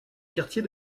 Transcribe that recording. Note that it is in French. quartier